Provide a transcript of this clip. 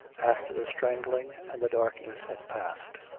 after the strangling and the darkness had passed.